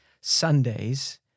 Sundays